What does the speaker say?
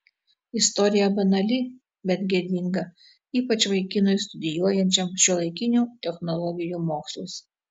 istorija banali bet gėdinga ypač vaikinui studijuojančiam šiuolaikinių technologijų mokslus